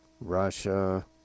Russia